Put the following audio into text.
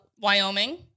Wyoming